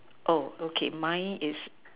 okay mine is